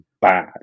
bad